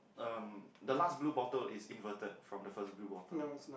um the last blue bottle in inverted from the first blue bottle